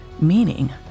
meaning